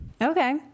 okay